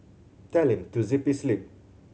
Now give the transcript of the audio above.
tell him to zip his lip